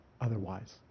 otherwise